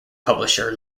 publisher